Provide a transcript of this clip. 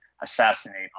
assassinate